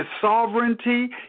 sovereignty